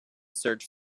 search